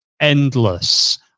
endless